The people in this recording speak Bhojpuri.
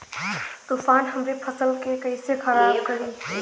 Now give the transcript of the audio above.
तूफान हमरे फसल के कइसे खराब करी?